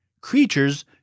Creatures